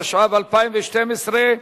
התשע"ב 2012,